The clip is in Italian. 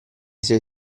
sei